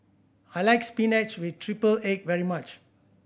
I like spinach with triple egg very much